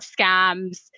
scams